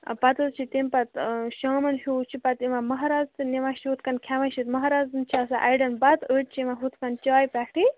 پَتہٕ حظ چھِ تَمہِ پَتہٕ شامَن ہیوٗ چھِ پَتہٕ یِوان مَہراز تہِ نِوان چھِ ہُتھ کَن کھٮ۪وان چھِ مَہرازَن چھِ آسان اَڑٮ۪ن بَتہٕ أڑۍ چھِ یِوان ہُتھ کَن چاے پٮ۪ٹھٕے